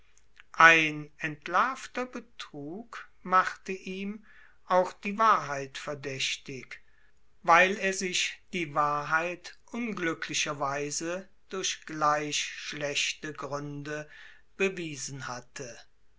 ein entlarvter betrug machte ihm auch die wahrheit verdächtig weil er sich die wahrheit unglücklicherweise durch gleich schlechte gründe bewiesen hatte